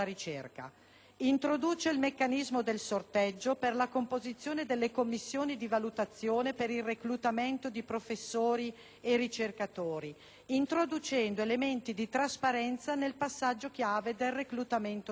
Introduce il meccanismo del sorteggio per la composizione delle commissioni di valutazione per il reclutamento di professori e ricercatori, introducendo elementi di trasparenza nel passaggio chiave del reclutamento stesso.